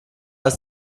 ist